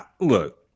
look